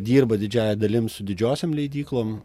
dirba didžiąja dalim su didžiosiom leidyklom